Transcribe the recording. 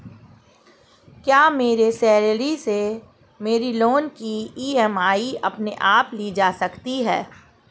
क्या मेरी सैलरी से मेरे लोंन की ई.एम.आई अपने आप ली जा सकती है?